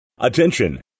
Attention